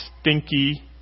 stinky